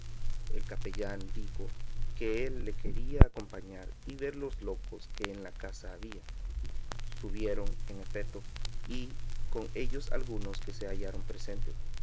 el capellán dijo que él le quería acompañar y ver los locos que en la casa había subieron en efeto y con ellos algunos que se hallaron presentes